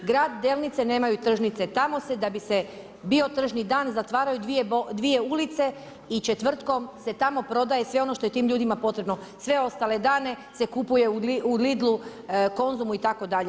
Grad Delnice nemaju tržnice, tamo se da bi se bio tržni dan zatvaraju dvije ulice i četvrtkom se tamo prodaje sve ono što je tim ljudima potrebno, sve ostale dane se kupuje u Lidlu, Konzumu itd.